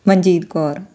Manjeet Kaur